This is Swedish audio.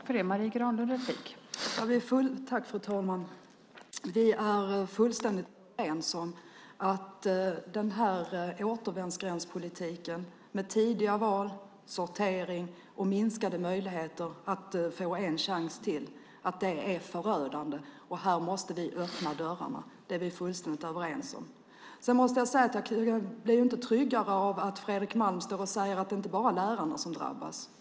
Fru talman! Vi är fullständigt överens om att återvändsgrändspolitiken med tidiga val, sortering och minskade möjligheter att få en chans till är förödande. Här måste vi öppna dörrarna; det är vi fullständigt överens om. Jag blir inte tryggare av att Fredrik Malm står och säger att det inte bara är lärarna som drabbas.